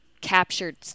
captured